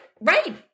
right